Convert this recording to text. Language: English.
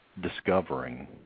discovering